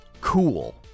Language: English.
cool